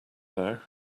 now